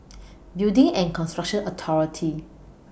Building and Construction Authority